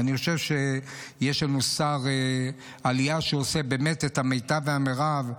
ואני חושב שיש לנו שר עלייה שעושה באמת את המיטב והמרב,